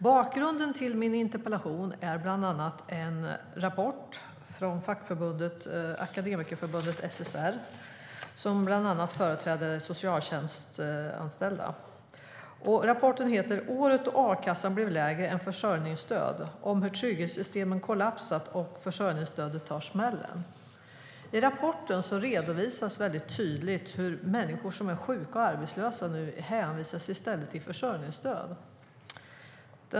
Bakgrunden till min interpellation är bland annat en rapport från Akademikerförbundet SSR, som bland annat företräder socialtjänstanställda. Rapporten heter Året då a-kassan blev lägre än försörjningsstöd - Om hur trygghetssystemen kollapsat och försörjningsstödet tar smällen . I rapporten redovisas tydligt hur människor som är sjuka och arbetslösa hänvisas till försörjningsstöd.